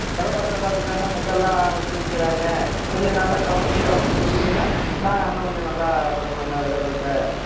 விளம்பரத்த பார்த்து தான மக்களெலாம் வந்து நிற்கிறாங்க கொஞ்சம் நல்லா கவர்ச்சியாக வச்சு கொடுத்திங்கன்னா நான் இன்னும் கொஞ்சம் நல்லா பண்ணுவேண்ணா விளம்பரத்தை